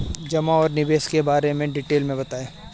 जमा और निवेश के बारे में डिटेल से बताएँ?